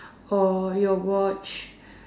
or your watch